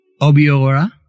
Obiora